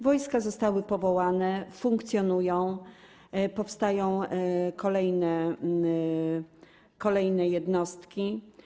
Wojska zostały powołane, funkcjonują, powstają kolejne jednostki.